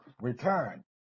return